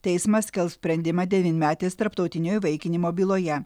teismas skelbs sprendimą devynmetės tarptautinio įvaikinimo byloje